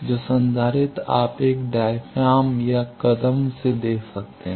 तो संधारित्र आप एक डायाफ्राम या कदम से दे सकते हैं